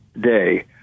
Day